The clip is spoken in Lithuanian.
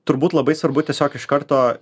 turbūt labai svarbu tiesiog iš karto